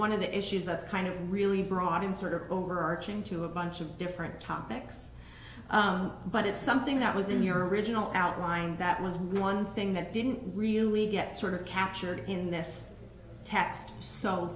one of the issues that's kind of really brought in sort of overarching to a bunch of different topics but it's something that was in your original outlined that was one thing that didn't really get sort of captured in this text so